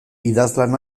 idazlan